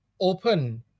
open